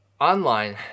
online